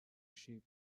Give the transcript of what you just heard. ship